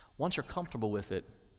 once you're comfortable with it,